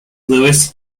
louis